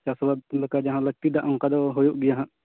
ᱪᱟᱥᱵᱟᱥ ᱞᱮᱠᱟ ᱡᱟᱦᱟᱸ ᱞᱟᱹᱠᱛᱤ ᱫᱟᱜ ᱚᱱᱠᱟ ᱫᱚ ᱦᱩᱭᱩ ᱜᱮᱭᱟ ᱦᱟᱜ